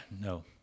No